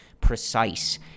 precise